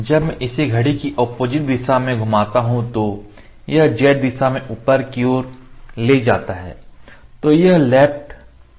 जब मैं इसे घड़ी की ऑपोजिट दिशा में anticlockwise एंटीक्लॉकवाइज घुमाता हूं तो यह z दिशा में ऊपर की ओर ले जाता है